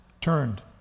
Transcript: turned